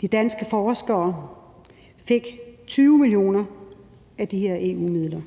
De danske forskere fik 20 mio. kr. af de EU-midler.